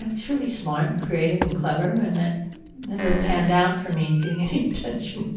actually smart and creative and clever and that never panned out for me getting any attention